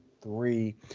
three